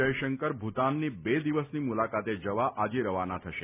જયશંકર ભૂતાનની બે દિવસની મુલાકાતે જવા આજે રવાના થશે